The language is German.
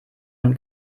man